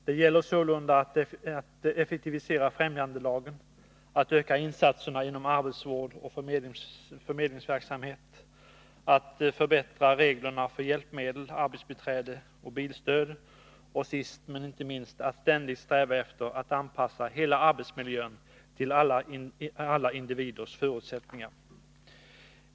Det gäller sålunda att effektivisera främjandelagen, att öka insatserna inom arbetsvård och förmedlingsverksamhet, att förbättra reglerna för hjälpmedel, arbetsbiträde och bilstöd och sist men inte minst att ständigt sträva efter att anpassa hela arbetsmiljön till alla individers förutsättningar.